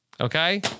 Okay